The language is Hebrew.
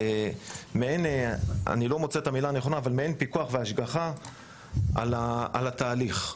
הוא פיקוח והשגחה על התהליך.